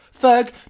Ferg